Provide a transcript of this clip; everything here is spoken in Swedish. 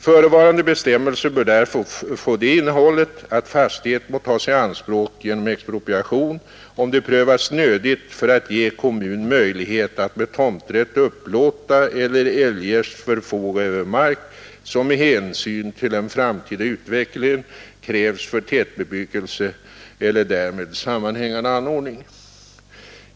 Förevarande bestämmelse bör därför få det innehållet, att fastighet må tagas i anspråk genom expropriation, om det prövas nödigt för att ge kommun möjlighet att med tomträtt upplåta eller eljest förfoga över mark som med hänsyn till den framtida utvecklingen krävs för tätbebyggelse eller därmed sammanhängande anordning.